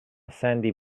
sandy